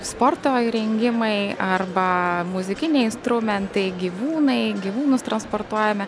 sporto įrengimai arba muzikiniai instrumentai gyvūnai gyvūnus transportuojame